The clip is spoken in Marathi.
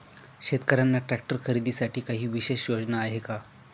शेतकऱ्यांना ट्रॅक्टर खरीदीसाठी काही विशेष योजना आहे का?